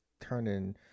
turning